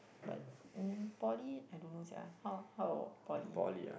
but um poly I don't know sia how how about poly